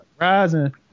rising